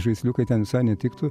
žaisliukai ten visai netiktų